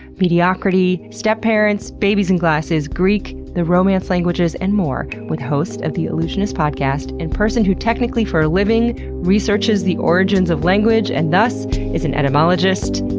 mediocrity, step parents, babies in glasses, greek, the romance languages, and more with host of the allusionist podcast and person who technically for a living researches the origins of language and thus is an etymologist,